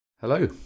Hello